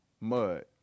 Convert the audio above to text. mud